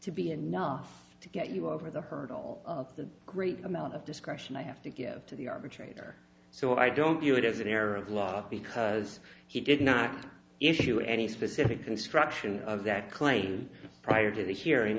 to be enough to get you over the hurdle of the great amount of discretion i have to give to the arbitrator so i don't view it as an error of law because he did not issue any specific construction of that claim prior to the hearing